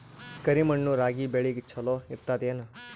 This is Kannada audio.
ಕರಿ ಮಣ್ಣು ರಾಗಿ ಬೇಳಿಗ ಚಲೋ ಇರ್ತದ ಏನು?